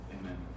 Amen